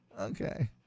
Okay